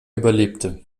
überlebte